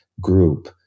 group